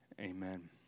amen